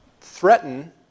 threaten